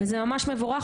זה ממש מבורך,